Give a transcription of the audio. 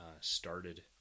started